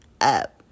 up